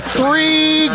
three